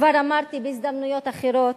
כבר אמרתי בהזדמנויות אחרות,